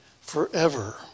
forever